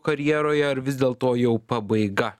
karjeroje ar vis dėl to jau pabaiga